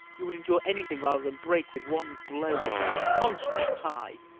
you would endure anything rather than break with one blow this monstrous tie.